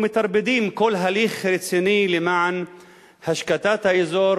ומטרפדים כל הליך רציני למען השקטת האזור